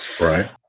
Right